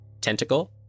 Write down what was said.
tentacle